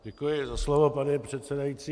Děkuji za slovo, pane předsedající.